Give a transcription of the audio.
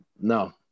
no